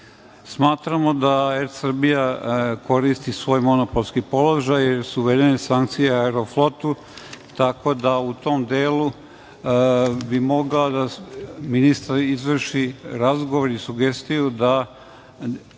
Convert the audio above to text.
minuta. Smatramo da „Er Srbija“ koristi svoj monopolski položaj, jer su uvedene sankcije „Aeroflotu“, tako da u tom delu bi mogao ministar da izvrši razgovor i sugestiju da